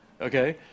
okay